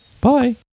bye